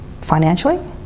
financially